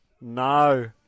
No